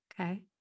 Okay